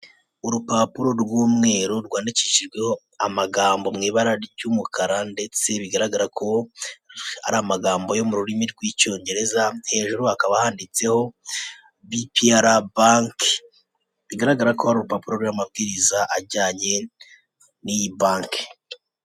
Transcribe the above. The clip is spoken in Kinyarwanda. Urupapuro rw'umweru rwandikishijweho amagambo mu ibara ry'umukara, ndetse bigaragara ko ari amagambo yo mu rurimi rw'Icyongereza, hejuru hakaba handitseho bipiyara banki, bigaragara ko ari urupapuro ruriho amabwiriza ajyanye n'iyi banki.